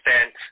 spent